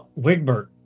Wigbert